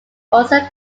also